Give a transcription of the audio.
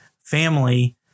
family